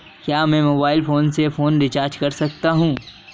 क्या मैं mobile phone से फोन रिचार्ज कर सकता हूं?